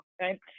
right